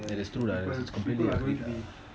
that's true lah it's completely agreedd lah